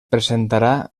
presentarà